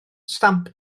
stamp